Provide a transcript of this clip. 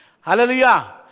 hallelujah